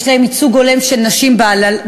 יש להם ייצוג הולם של נשים בהנהלה,